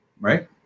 right